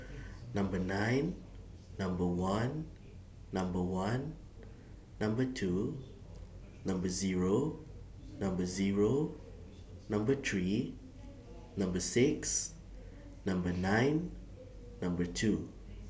Number nine Number one Number one Number two Number Zero Number Zero Number three Number six Number nine Number two